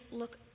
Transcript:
look